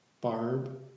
Barb